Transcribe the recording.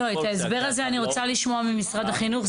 את ההסבר הזה אני רוצה לשמוע ממשרד החינוך.